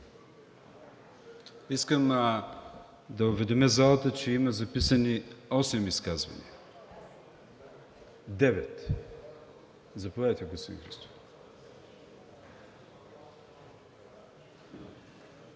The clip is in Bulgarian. Искам да уведомя залата, че има записани девет изказвания. Заповядайте, господин Христов.